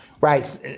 Right